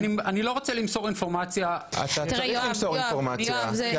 אני לא רוצה למסור אינפורמציה --- יואב, אתה